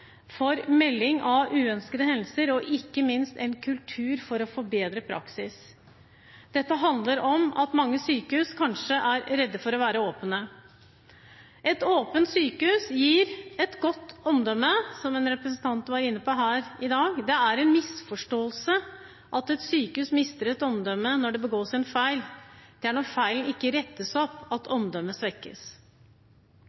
melding om uønskede hendelser og ikke minst en kultur for å forbedre praksis. Dette handler om at mange sykehus kanskje er redde for å være åpne. Et åpent sykehus gir et godt omdømme, som en representant var inne på her i dag. Det er en misforståelse at et sykehus mister omdømmet når det begås en feil. Det er når feilen ikke rettes opp, at